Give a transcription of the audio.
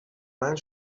مند